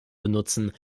benutzen